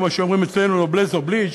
כמו שאומרים אצלנוNoblesse oblige,